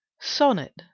Sonnet